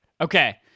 Okay